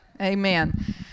Amen